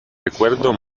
recuerdo